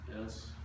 yes